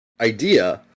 idea